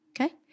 Okay